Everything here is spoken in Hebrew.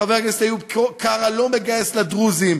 חבר הכנסת איוב קרא לא מגייס לדרוזים.